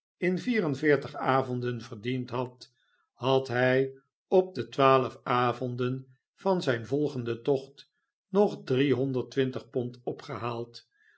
en veertig avonden verdiend had had hij op de twaalf avonden van zijn volgenden tocht nog